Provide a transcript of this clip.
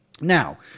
Now